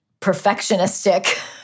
perfectionistic